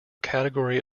category